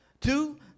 Two